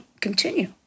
continue